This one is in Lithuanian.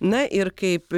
na ir kaip